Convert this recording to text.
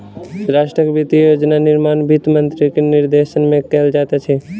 राष्ट्रक वित्तीय योजना निर्माण वित्त मंत्री के निर्देशन में कयल जाइत अछि